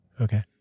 Okay